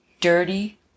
dirty